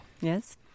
Yes